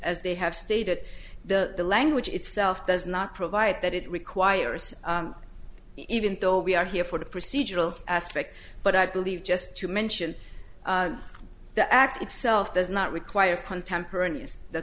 as they have stated the language itself does not provide that it requires even though we are here for the procedural aspect but i believe just to mention the act itself does not require contemporaneous the